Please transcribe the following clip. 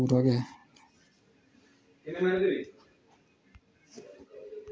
पूरा गै